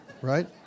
right